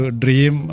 dream